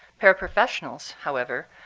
paraprofessionals, however,